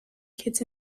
kids